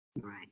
Right